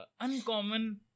uncommon